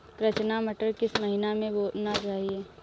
रचना मटर किस महीना में बोना चाहिए?